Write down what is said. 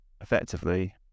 effectively